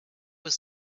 was